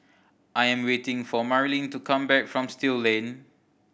I am waiting for Marlene to come back from Still Lane